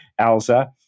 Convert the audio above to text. Alza